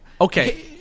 Okay